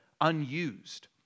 unused